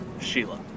Sheila